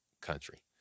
country